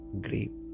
grape